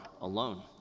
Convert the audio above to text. alone